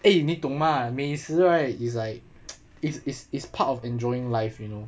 eh 你懂吗美食 right it's like it's it is part of enjoying life you know